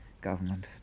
government